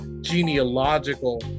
genealogical